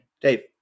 Dave